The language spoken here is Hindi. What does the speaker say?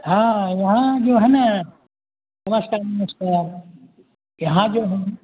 हाँ यहाँ जो है ना नमस्कार नमस्कार यहाँ जो हैं